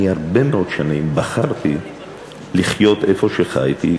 אני הרבה מאוד שנים בחרתי לחיות איפה שחייתי,